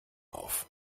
auf